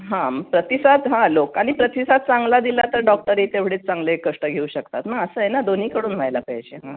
हां प्रतिसाद हां लोकांनी प्रतिसाद चांगला दिला तर डॉक्टरही तेवढेच चांगले कष्ट घेऊ शकतात ना असं आहे ना दोन्हीकडून व्हायला पाहिजे हां